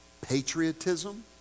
patriotism